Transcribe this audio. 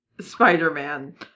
Spider-Man